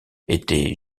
était